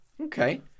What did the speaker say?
Okay